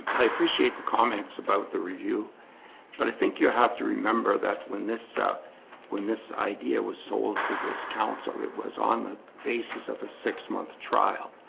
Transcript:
i appreciate the comments about the review but i think you have to remember that when this out when this idea was sold to this council it was on the basis of a six-month trial.